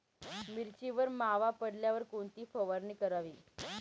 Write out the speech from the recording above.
मिरचीवर मावा पडल्यावर कोणती फवारणी करावी?